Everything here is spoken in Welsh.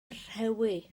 rhewi